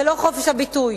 זה לא חופש הביטוי,